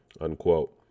Unquote